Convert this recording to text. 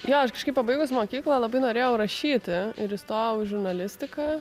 jo aš kažkaip pabaigus mokyklą labai norėjau rašyti ir įstojau į žurnalistiką